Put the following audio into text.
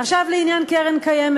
להיות זכאי בלי הגבלה,